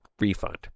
refund